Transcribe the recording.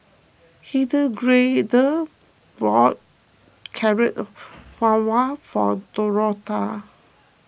Hildegarde bought Carrot Halwa for Dorotha